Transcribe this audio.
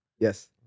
Yes